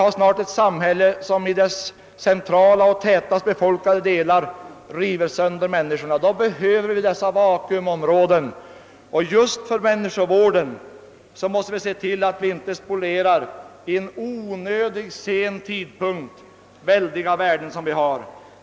Snart har vi ett samhälle som i sina mest centrala och tätast befolkade delar river sönder människorna. Därför behöver vi också ha kvar vakuumområden, och just för människovården måste vi se till att inte — dessutom vid en så sen tidpunkt och alldeles i onödan — spoliera de oerhörda värden som vi har.